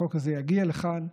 והחוק הזה יגיע לכאן,